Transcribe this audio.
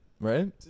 right